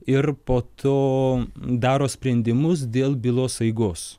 ir po to daro sprendimus dėl bylos eigos